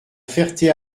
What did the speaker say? ferté